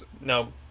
no